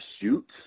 shoot